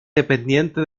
dependiente